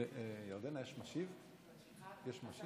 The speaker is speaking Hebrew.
אדוני היושב-ראש, חברות וחברי הכנסת,